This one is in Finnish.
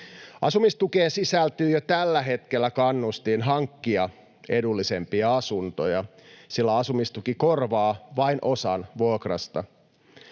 Asumistukeen sisältyy jo tällä hetkellä kannustin hankkia edullisempi asunto, sillä asumistuki korvaa vain osan vuokrasta.